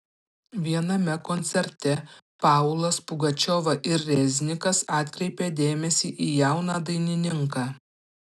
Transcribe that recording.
viename koncerte paulas pugačiova ir reznikas atkreipė dėmesį į jauną dainininką